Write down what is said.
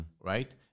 right